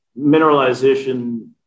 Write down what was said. mineralization